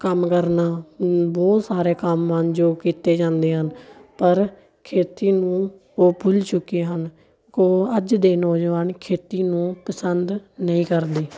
ਕੰਮ ਕਰਨਾ ਬਹੁਤ ਸਾਰੇ ਕੰਮ ਹਨ ਜੋ ਕੀਤੇ ਜਾਂਦੇ ਹਨ ਪਰ ਖੇਤੀ ਨੂੰ ਉਹ ਭੁੱਲ ਚੁੱਕੇ ਹਨ ਕੋ ਅੱਜ ਦੇ ਨੌਜਵਾਨ ਖੇਤੀ ਨੂੰ ਪਸੰਦ ਨਹੀਂ ਕਰਦੇ